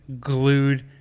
glued